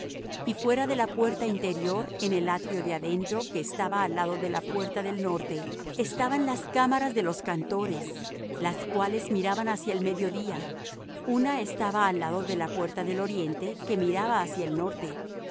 y fuera de la puerta interior en el atrio de adentro que estaba al lado de la puerta del norte estaban las cámaras de los cantores las cuales miraban hacia el mediodía una estaba al lado de la puerta del oriente que miraba hacia el norte